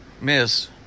Miss